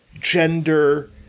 gender